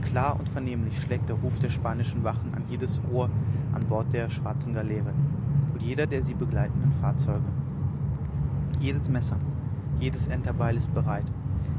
klar und vernehmlich schlägt der ruf der spanischen wachen an jedes ohr an bord der schwarzen galeere und der sie begleitenden fahrzeuge jedes messer jedes enterbeil ist bereit